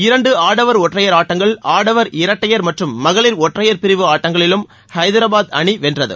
இரண்டு ஆடவர் ஆற்றையர் ஆட்டங்கள் ஆடவர் இரட்டையர் மற்றும் மகளிர் ஒற்றையர் பிரிவு ஆட்டங்களிலும் ஐதரபாத் அணி வென்றது